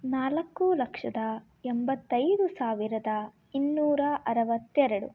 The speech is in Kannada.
ನಾಲ್ಕು ಲಕ್ಷದ ಎಂಬತ್ತೈದು ಸಾವಿರದ ಇನ್ನೂರ ಅರವತ್ತೆರಡು